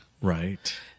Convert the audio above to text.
Right